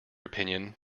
opinion